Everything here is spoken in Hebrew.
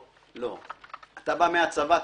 אתה מהצבא.